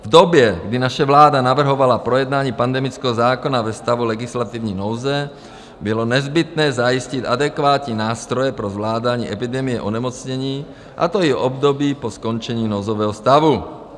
V době, kdy naše vláda navrhovala projednání pandemického zákona ve stavu legislativní nouze, bylo nezbytné zajistit adekvátní nástroje pro zvládání epidemie onemocnění, a to i pro období po skončení nouzového stavu.